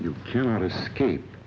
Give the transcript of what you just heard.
you cannot escape